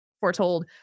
foretold